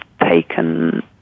taken